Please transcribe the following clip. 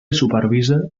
supervisa